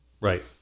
right